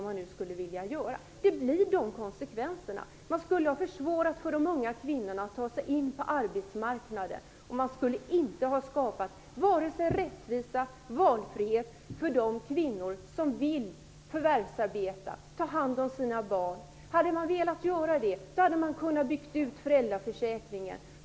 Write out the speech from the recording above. Konsekvenserna hade blivit sådana. Man skulle ha försvårat för de unga kvinnorna att ta sig in på arbetsmarknaden. Man skulle inte ha skapat vare sig rättvisa eller valfrihet för de kvinnor som vill förvärvsarbeta och ta hand om sina barn. Hade man velat göra så, hade man kunnat bygga ut föräldraförsäkringen.